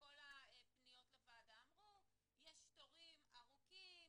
כל הפניות לוועדה אמרו שיש תורים ארוכים,